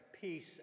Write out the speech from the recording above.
peace